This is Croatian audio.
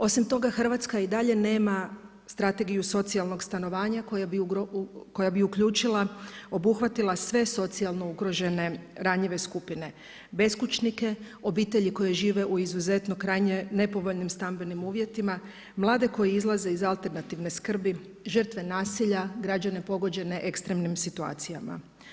Osim toga, Hrvatska i dalje nema Strategiju socijalnog stanovanja koja bi uključila, obuhvatila sve socijalno ugrožene ranjive skupine: beskućnike, obitelji koje žive u izuzetno krajnje nepovoljnim stambenim uvjetima, mlade koji izlaze iz alternativne skrbi, žrtve nasilja, građane pogođene ekstremnim situacijama.